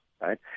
Right